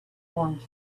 formed